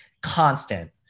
constant